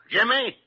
Jimmy